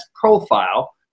profile